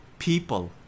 People